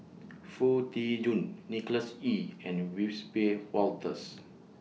Foo Tee Jun Nicholas Ee and Wiss Be Wolters